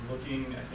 Looking